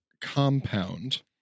compound